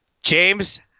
James